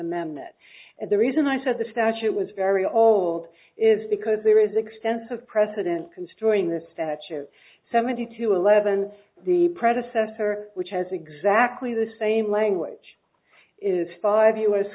amendment and the reason i said the statute was very old is because there is extensive precedent construing that statute seventy two eleven the predecessor which has exactly the same language is five u